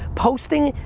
posting,